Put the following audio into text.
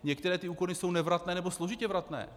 Některé ty úkony jsou nevratné nebo složitě vratné.